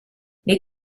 les